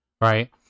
right